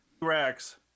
Racks